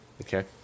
Okay